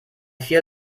vier